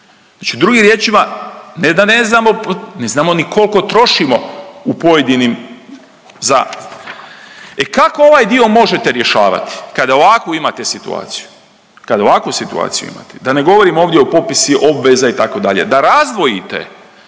Znači drugim riječima ne da ne znamo, ne znamo ni koliko trošimo u pojedinim za, e kako ovaj dio možete rješavati kada ovakvu imate situaciju, kad ovakvu situaciju imate, da ne govorim ovdje o popisi obveza itd. Da razdvojite